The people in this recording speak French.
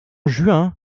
juin